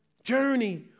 Journey